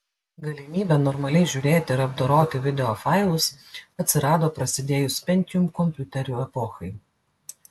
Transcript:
galimybė normaliai žiūrėti ir apdoroti videofailus atsirado prasidėjus pentium kompiuterių epochai